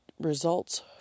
results